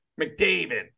McDavid